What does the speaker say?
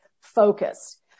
focused